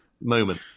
moment